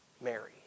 Mary